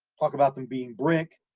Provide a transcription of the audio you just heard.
talk about them being brick,